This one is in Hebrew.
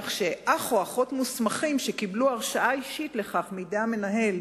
שאח או אחות מוסמכים שקיבלו הרשאה אישית לכך מידי המנהל,